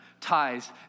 ties